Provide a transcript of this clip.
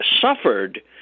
suffered